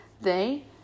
They